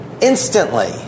instantly